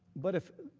but, if